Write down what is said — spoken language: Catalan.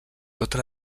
tota